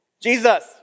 Jesus